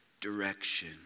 direction